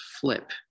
flip